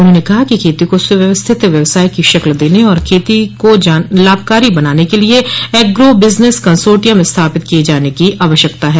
उन्होंने कहा कि खेती को सुव्यवस्थित व्यवसाय की शक्ल देने और खेती को लाभकारी बनाने के लिए एग्रो बिजनेस कंसोर्टियम स्थापित किए जाने की आवश्यकता है